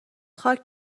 خاک